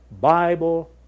Bible